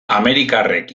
amerikarrek